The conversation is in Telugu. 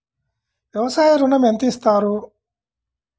వ్యవసాయ ఋణం ఎంత ఇస్తారు?